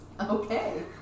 Okay